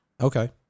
Okay